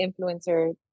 influencer